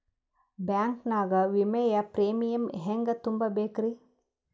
Bank ನಾಗ ವಿಮೆಯ premium ಹೆಂಗ್ ತುಂಬಾ ಬೇಕ್ರಿ?